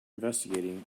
investigating